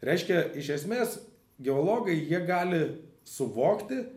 reiškia iš esmės geologai gali suvokti